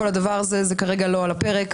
זה כרגע לא על הפרק.